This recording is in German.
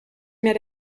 mehr